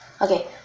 Okay